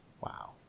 Wow